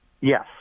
Yes